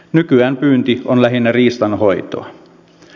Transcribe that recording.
nykyään pyynti on lähinnä riistanhoitoa